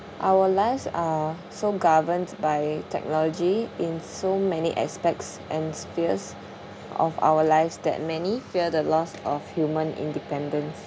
our lives are so governed by technology in so many aspects and spheres of our lives that many fear the loss of human independence